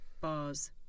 bars